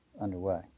underway